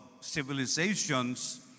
civilizations